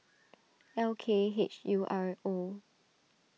L K H U R O